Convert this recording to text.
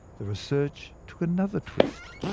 the research took another twist.